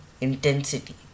intensity